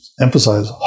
Emphasize